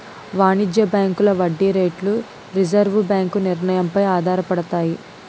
వాణిజ్య బ్యాంకుల వడ్డీ రేట్లు రిజర్వు బ్యాంకు నిర్ణయం పై ఆధారపడతాయి